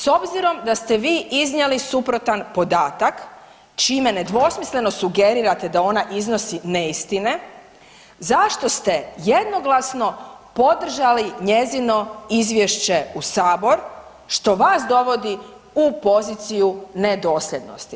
S obzirom da ste vi iznijeli suprotan podatak čime nedvosmisleno sugerirate da ona iznosi neistine zašto ste jednoglasno podržali njezino izvješće u sabor što vas dovodi u poziciju nedosljednosti.